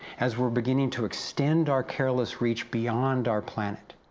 as we're beginning to extend our careless reach beyond our planet?